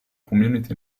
community